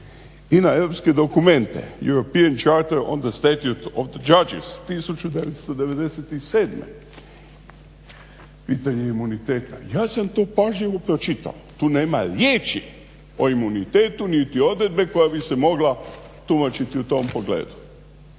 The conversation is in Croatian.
i na europske dokument … /Govornik govori na engleskom./ … 1997. Pitanje imuniteta, ja sam to pažljivo pročitao. Tu nema riječi o imunitetu niti odredbe koja bi se mogla tumačiti u tom pogledu.